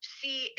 see